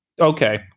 Okay